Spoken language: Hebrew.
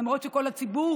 ולמרות שכל הציבור,